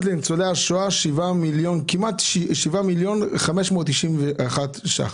לניצולי השואה כמעט 7 מיליון ו-591 אלף שקלים.